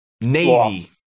Navy